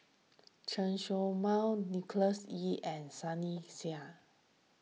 Chen Show Mao Nicholas Ee and Sunny Sia